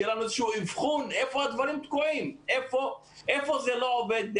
שיהיה לנו איזשהו אבחון שיאמר היכן הדברים תקועים והיכן זה לא עובד.